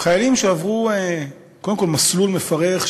חיילים שעברו קודם כול מסלול מפרך,